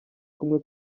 kumwe